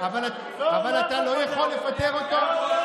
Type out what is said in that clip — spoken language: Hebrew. לא, הוא לא יכול לפטר אותו.